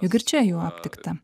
jug ir čia jų aptikta